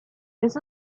this